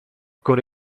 con